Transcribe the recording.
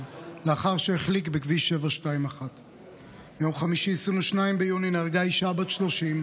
לאחר שהחליק בכביש 721. ביום חמישי 22 ביוני נהרגה אישה בת 30,